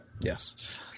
Yes